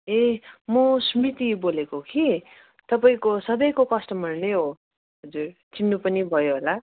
ए म स्मृति बोलेको कि तपाईँको सधैँको कस्टमर नै हो हजुर चिन्नु पनि भयो होला